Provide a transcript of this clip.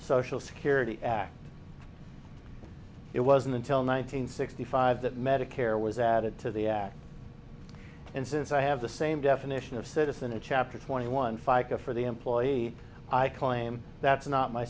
social security act it wasn't until nine hundred sixty five that medicare was added to the act and since i have the same definition of citizen in chapter twenty one fica for the employee i claim that's not my